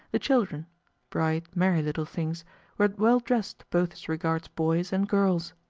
the children bright, merry little things were well-dressed both as regards boys and girls.